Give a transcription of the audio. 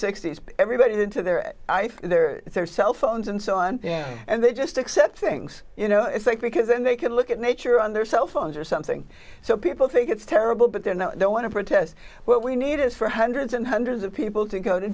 sixty's everybody's into their their their cell phones and so on and they just accept things you know because then they can look at nature on their cell phones or something so people think it's terrible but they're not they want to protest what we need is for hundreds and hundreds of people to go to